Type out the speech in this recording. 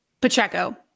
Pacheco